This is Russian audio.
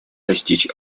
достичь